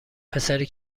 پسری